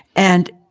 and